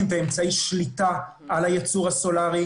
ועם אמצעי שליטה על הייצור הסולרי,